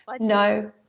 No